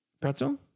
Pretzel